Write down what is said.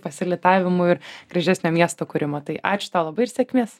pasilitavimų ir gražesnio miesto kūrimo tai ačiū labai ir sėkmės